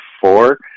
four